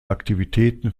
aktivitäten